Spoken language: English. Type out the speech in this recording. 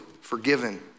forgiven